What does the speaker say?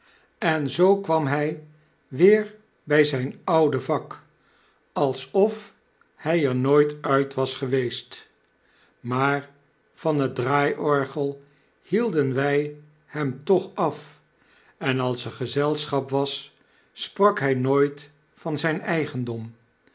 en zoo kwam hy weer by zijn oude vak alsof hy er nooit uit was geweest maar van het draaiorgel hielden wij hem toch af en als er gezelschap was sprak hy nooit van zijn eigendom